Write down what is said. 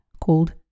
called